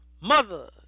Mother